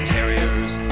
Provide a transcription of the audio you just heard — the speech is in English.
Terriers